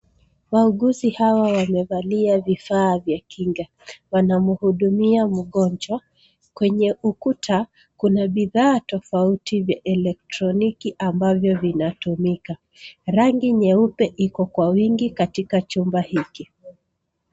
Wauguzi hawa wamevalia vifaa vya kinga. Wanamhudumia mgonjwa, kwenye ukuta kuna bidhaa tofauti vya eletroniki ambavyo vinatumika. Rangi nyeupe iko kwa wingi katika chumba hiki.